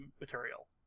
material